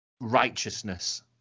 righteousness